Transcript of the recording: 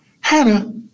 Hannah